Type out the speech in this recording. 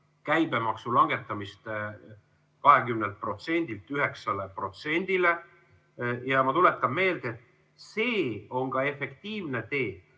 käibemaksu langetamist 20%‑lt 9%‑le. Ma tuletan meelde, et see on ka efektiivne tee,